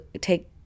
take